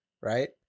Right